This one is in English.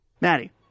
Maddie